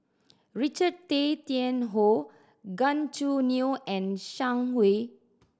Richard Tay Tian Hoe Gan Choo Neo and Zhang Hui